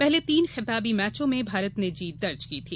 पहले तीन खिताबी मैचों में भारत ने जीत दर्ज की थी